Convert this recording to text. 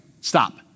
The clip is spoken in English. Stop